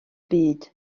byd